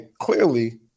clearly